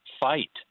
fight